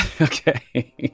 Okay